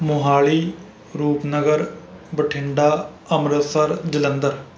Mohali Rupnagar Bathinda Amritsar Jalandhar